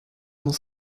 dans